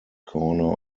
corner